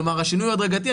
כלומר השינוי הוא הדרגתי,